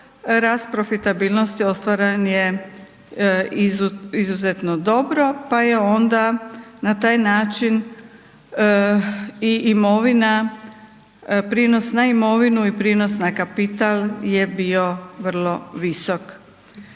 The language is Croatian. rast profitabilnosti ostvaren je izuzetno dobro pa je onda na taj način i imovina prinos na imovinu i prinos na kapital je bio vrlo visok,